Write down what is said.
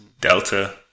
Delta